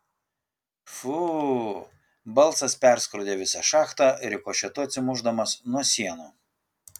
fu balsas perskrodė visą šachtą rikošetu atsimušdamas nuo sienų